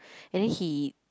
and then he